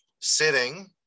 sitting